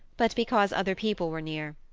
but because other people were near.